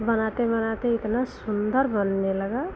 बनाते बनाते इतना सुन्दर बनने लगा